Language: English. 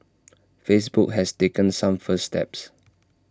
Facebook has taken some first steps